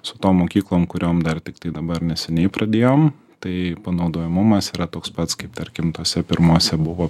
su tom mokyklom kuriom dar tiktai dabar neseniai pradėjom tai panaudojamumas yra toks pats kaip tarkim tose pirmose buvo